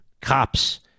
cops